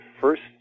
first